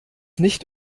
nicht